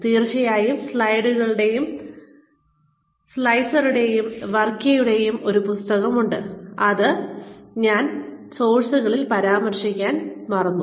തീർച്ചയായും ഡെസ്ലറുടെയും വർക്കിയുടെയും ഒരു പുസ്തകമുണ്ട് അത് ഞാൻ സോഴ്സുകളിൽ പരാമർശിക്കാൻ മറന്നു